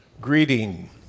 Greeting